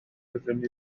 wyddwn